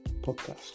podcast